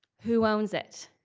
who owns it?